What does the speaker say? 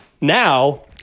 now